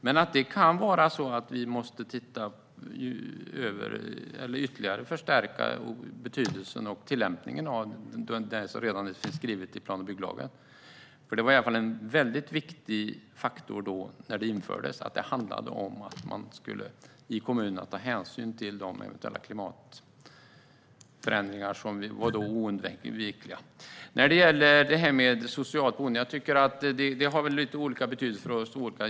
Det kan dock vara så att vi måste titta på och ytterligare förstärka betydelsen och tillämpningen av det som redan finns skrivet i plan och bygglagen. Det var i alla fall en väldigt viktig faktor när det infördes; det handlade om att man i kommunerna skulle ta hänsyn till eventuella klimatförändringar som är oundvikliga. När det gäller detta med socialt boende har det väl lite olika betydelse för oss.